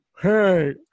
Hey